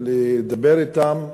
ולדבר אתם,